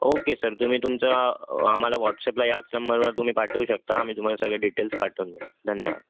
okay sir तुम्ही तुमचं आम्हाला व्हॉटसअपला याच नंबरवर तुम्ही पाठवू शकता आम्ही तुम्हाला सगळे डिटेल्स पाठवून देऊ धन्यवाद